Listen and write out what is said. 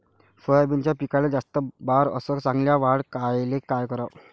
सोयाबीनच्या पिकाले जास्त बार अस चांगल्या वाढ यायले का कराव?